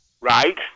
Right